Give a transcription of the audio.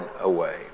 away